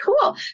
cool